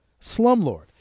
slumlord